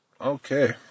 Okay